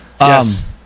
Yes